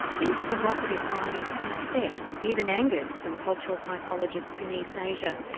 these provocative findings upset, even angered, some cultural psychologists in east asia.